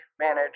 manage